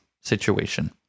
situation